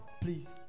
please